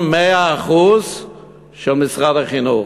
ב-100% מימון של משרד החינוך?